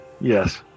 Yes